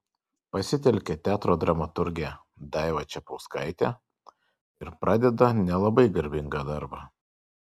pasitelkia teatro dramaturgę daivą čepauskaitę ir pradeda nelabai garbingą darbą